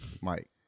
Mike